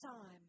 time